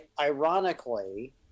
ironically